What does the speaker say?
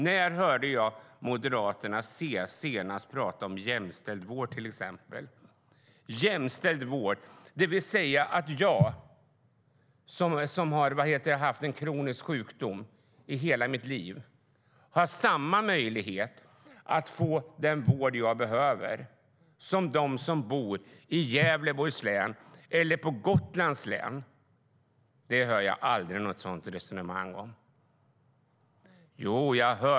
När hörde jag Moderaterna senast prata om jämställd vård, till exempel? Jämställd vård innebär att jag, som har haft en kronisk sjukdom i hela mitt liv, har samma möjlighet att få den vård som jag behöver som de som bor i Gävleborgs län eller i Gotlands län. Men något sådant resonemang hör jag aldrig.